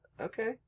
Okay